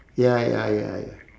ya ya ya ya